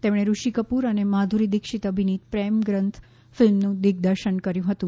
તેમણે ઋષિ કપૂર અને માધુરી દિક્ષિત અભિનીત પ્રેમ ગ્રંથ ફિલ્મનું દિગ્દર્શન કર્યું હતું